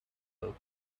work